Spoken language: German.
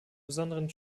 besonderen